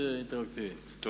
תודה.